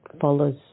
follows